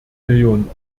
millionen